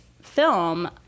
film